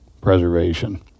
preservation